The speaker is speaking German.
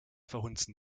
verhunzen